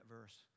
verse